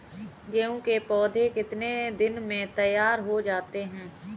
गेहूँ के पौधे कितने दिन में तैयार हो जाते हैं?